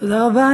תודה רבה.